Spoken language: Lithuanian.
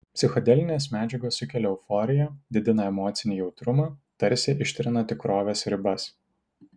psichodelinės medžiagos sukelia euforiją didina emocinį jautrumą tarsi ištrina tikrovės ribas